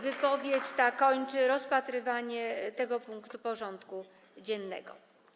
Wypowiedź ta kończy rozpatrywanie tego punktu porządku dziennego.